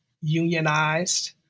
unionized